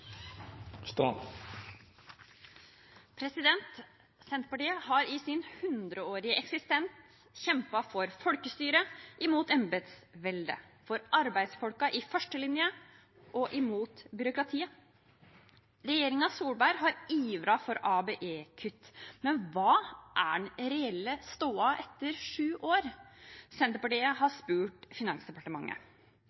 æille». Senterpartiet har i sin hundreårige eksistens kjempet for folkestyre, imot embetsveldet, for arbeidsfolka i førstelinje og imot byråkratiet. Regjeringen Solberg har ivret for ABE-kutt. Men hva er den reelle stoda etter sju år? Senterpartiet har